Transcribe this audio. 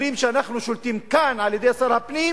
אומרים שאנחנו שולטים כאן על-ידי שר הפנים,